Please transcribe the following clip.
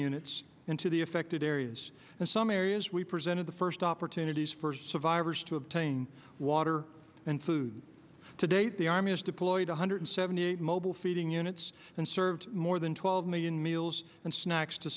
units into the affected areas and some areas we presented the first opportunities for survivors to obtain water and food today the army has deployed one hundred seventy eight mobile feeding units and served more than twelve million meals and snacks to